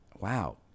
Wow